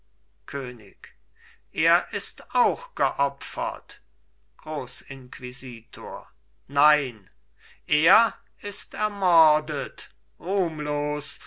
könig er ist auch geopfert grossinquisitor nein er ist ermordet ruhmlos